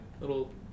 little